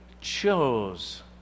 chose